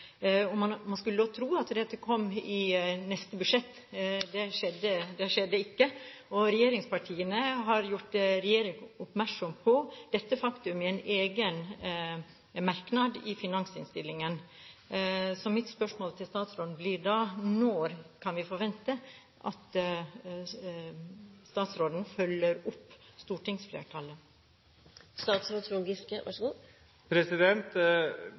Norge. Man skulle tro at dette kom i neste budsjett. Det skjedde ikke. Regjeringspartiene har gjort regjeringen oppmerksom på dette faktum i en egen merknad i finansinnstillingen. Mitt spørsmål til statsråden blir da: Når kan vi forvente at statsråden følger opp stortingsflertallet?